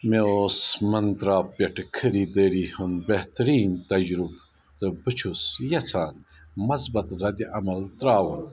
مےٚ اوس منترا پٮ۪ٹھ خٔریٖدٲری ہُنٛد بہتریٖن تجرُبہٕ تہٕ بہٕ چھُس یَژھان مثبت رَدِ عمل ترٛاوُن